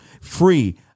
free